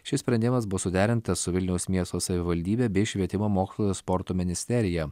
šis sprendimas buvo suderintas su vilniaus miesto savivaldybe bei švietimo mokslo ir sporto ministerija